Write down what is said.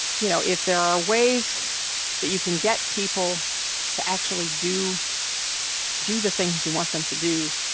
you know, if there are ways that you can get people to actually do do the things you want them to do,